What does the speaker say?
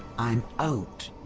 i'm out!